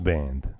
Band